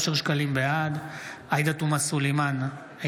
בעד עאידה תומא סלימאן,